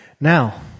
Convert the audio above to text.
Now